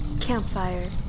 Campfire